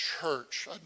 Church